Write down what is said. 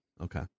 Okay